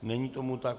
Není tomu tak.